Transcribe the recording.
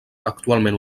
actualment